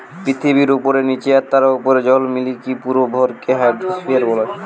পৃথিবীর উপরে, নীচে আর তার উপরের জল মিলিকি পুরো ভরকে হাইড্রোস্ফিয়ার কয়